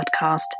podcast